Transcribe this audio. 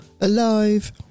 alive